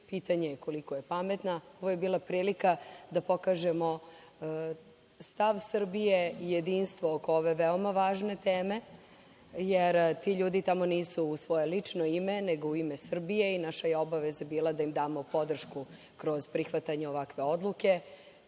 Pitanje je koliko je pametna. Ovo je bila prilika da pokažemo stav Srbije i jedinstvo oko ove veoma važne teme, jer ti ljudi tamo nisu u svoje lično ime, nego u ime Srbije i naša obaveza je bila da im damo podršku kroz prihvatanje ovakve odluke. Svaka